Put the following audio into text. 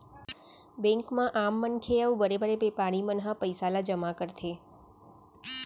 bank म आम मनखे अउ बड़े बड़े बेपारी मन ह पइसा ल जमा करथे